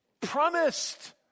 promised